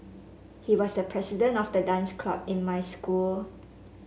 he was the president of the dance club in my school